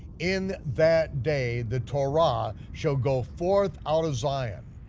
in that day, the torah shall go forth out of zion,